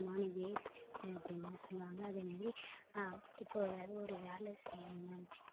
சும்மா நீ வேஸ்ட்டு அப்படின்னுதான் சொல்லுவாங்க அதே மாரி இப்போது எதாவது ஒரு வேலை செய்யணுன்னா வெச்சுக்கோங்களன்